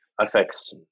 affects